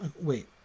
Wait